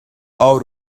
out